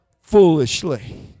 foolishly